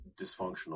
dysfunctional